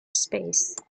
space